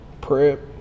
Prep